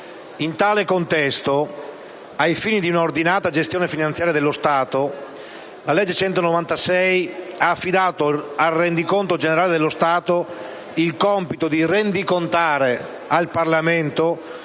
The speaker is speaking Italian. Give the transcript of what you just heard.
In tale contesto, ai fini di un'ordinata gestione finanziaria dello Stato, la legge n. 196 del 2009 ha affidato al rendiconto generale dello Stato il compito di rendicontare al Parlamento,